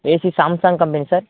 AC Samsung company sir